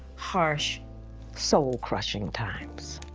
harsh soul crushing times.